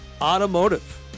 Automotive